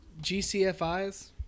GCFIs